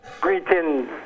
Greetings